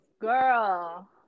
Girl